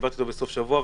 ודיברתי איתו בסוף השבוע,